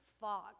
fog